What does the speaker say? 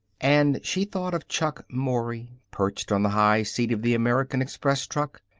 and she thought of chuck mory, perched on the high seat of the american express truck,